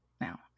now